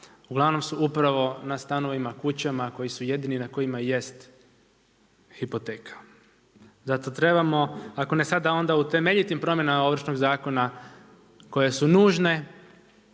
uglavnom su upravo na stanovima, kućama koji su jedini na kojima jest hipoteka. Zato trebamo ako ne sada onda u temeljitim promjenama Ovršnoga zakona koje su nužne,